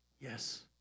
Yes